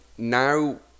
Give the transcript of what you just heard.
Now